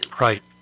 Right